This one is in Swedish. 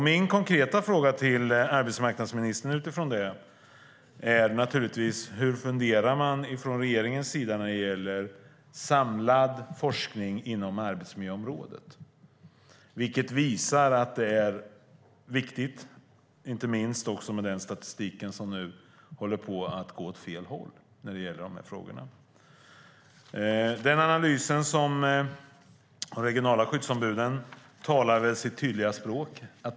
Min konkreta fråga till arbetsmarknadsministern utifrån detta är naturligtvis: Hur funderar man från regeringens sida när det gäller samlad forskning inom arbetsmiljöområdet? Detta visar att det är viktigt inte minst också med den statistik som nu håller på att gå åt fel håll när det gäller de här frågorna. Analysen från de regionala skyddsombuden talar väl sitt tydliga språk.